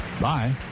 Bye